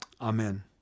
Amen